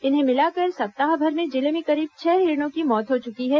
इन्हें मिलाकर सप्ताह भर में जिले में करीब छह हिरणों की मौत हो चुकी है